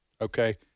Okay